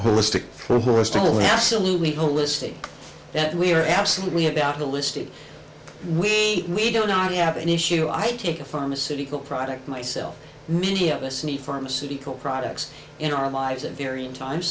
holistic that we are absolutely about to listed we we don't not have an issue i take a pharmaceutical product myself many of us need pharmaceutical products in our lives at various times